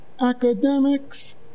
Academics